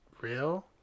real